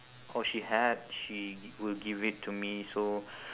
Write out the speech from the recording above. or she had she g~ will give it to me so